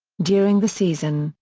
during the season,